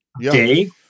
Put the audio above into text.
day